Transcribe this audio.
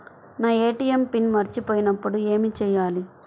నా ATM PIN మర్చిపోయినప్పుడు ఏమి చేయాలి?